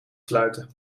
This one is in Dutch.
sluiten